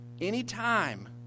Anytime